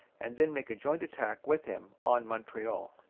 and then make a joint attack with him on montreal.